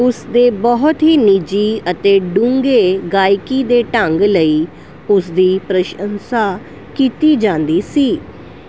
ਉਸ ਦੇ ਬਹੁਤ ਹੀ ਨਿੱਜੀ ਅਤੇ ਡੂੰਘੇ ਗਾਇਕੀ ਦੇ ਢੰਗ ਲਈ ਉਸ ਦੀ ਪ੍ਰਸ਼ੰਸਾ ਕੀਤੀ ਜਾਂਦੀ ਸੀ